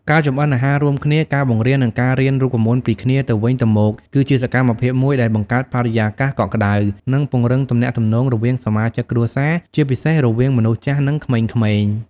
ការចម្អិនអាហាររួមគ្នា ការបង្រៀន និងការរៀនរូបមន្តពីគ្នាទៅវិញទៅមក គឺជាសកម្មភាពមួយដែលបង្កើតបរិយាកាសកក់ក្តៅ និងពង្រឹងទំនាក់ទំនងរវាងសមាជិកគ្រួសារ ជាពិសេសរវាងមនុស្សចាស់ និងក្មេងៗ។